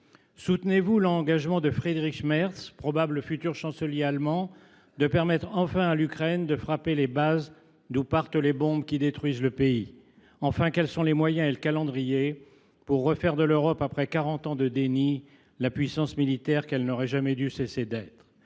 Soutenez vous l’engagement de Friedrich Merz, probable futur chancelier allemand, de permettre enfin à l’Ukraine de frapper les bases d’où partent les bombes qui détruisent le pays ? Enfin, quels sont les moyens et le calendrier pour refaire de l’Europe, après quarante ans de déni, la puissance militaire qu’elle n’aurait jamais dû cesser d’être ?